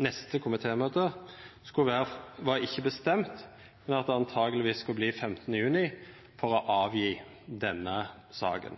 neste komitémøte ikkje var bestemt, men at det antakeleg skulle vera 15. juni for å leggja fram denne saka,